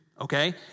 okay